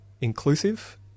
inclusive